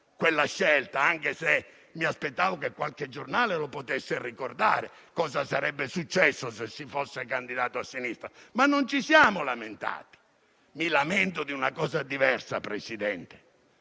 quella scelta. Mi aspettavo che qualche giornale lo potesse ricordare, cosa che sarebbe successa se si fosse candidato a sinistra. Non ci siamo però lamentati. Mi lamento di una cosa diversa, signor